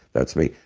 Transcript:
that's me.